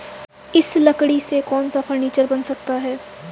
इस लकड़ी से कौन सा फर्नीचर बन सकता है?